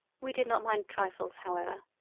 we did not mind trifles however.